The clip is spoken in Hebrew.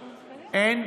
אין?